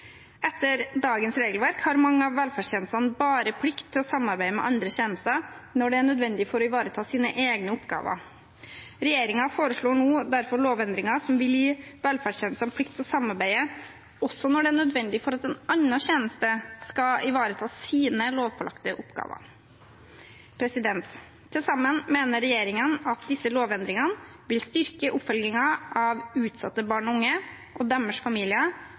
Etter dagens regelverk har mange av velferdstjenestene bare plikt til å samarbeide med andre tjenester når det er nødvendig for å ivareta sine egne oppgaver. Regjeringen foreslår derfor lovendringer som vil gi velferdstjenestene plikt til å samarbeide også når det er nødvendig for at en annen tjeneste skal ivareta sine lovpålagte oppgaver. Til sammen mener regjeringen at disse lovendringene vil styrke oppfølgingen av utsatte barn og unge og deres familier